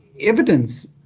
evidence